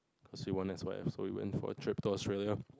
cause we won S_Y_F so we went for a trip to Australia